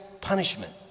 punishment